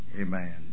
Amen